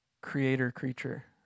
creator-creature